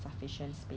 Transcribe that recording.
mah then